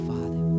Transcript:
Father